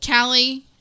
Callie